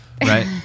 Right